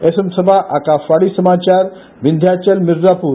S M Saba Akashvani समाचार विध्याचल मिर्जापुर